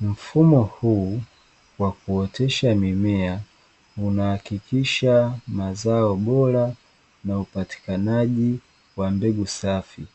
Mfumo huu wa kuotesha mimea unahakikisha mazao bora na upatikanaji wa mbegu safi.